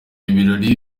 ibirori